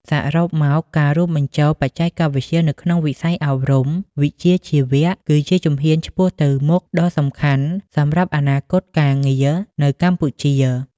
សរុបមក ការរួមបញ្ចូលបច្ចេកវិទ្យានៅក្នុងវិស័យអប់រំវិជ្ជាជីវៈគឺជាជំហានឆ្ពោះទៅមុខដ៏សំខាន់សម្រាប់អនាគតការងារនៅកម្ពុជា។